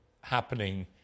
happening